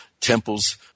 temple's